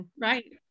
Right